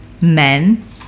men